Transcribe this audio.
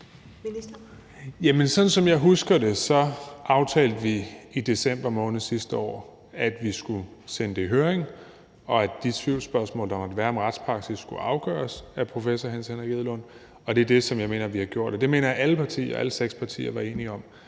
sådan som jeg husker det, aftalte vi i december måned sidste år, at vi skulle sende det i høring, og at de tvivlsspørgsmål, der måtte være om retspraksis, skulle afgøres af professor Hans Henrik Edlund, og det er det, som jeg mener vi har gjort. Og det mener jeg at alle seks partier var enige om.